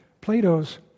Plato's